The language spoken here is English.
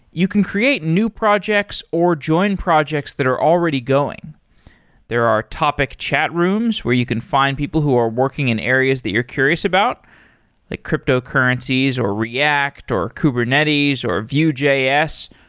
you can create new projects, or join projects that are already going there are topic chat rooms where you can find people who are working in areas that you're curious about, like cryptocurrencies, or react, or kubernetes, or vue js,